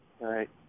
Right